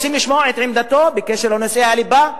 רוצים לשמוע את עמדתו בקשר לנושא הליבה,